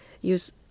use